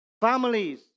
families